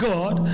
God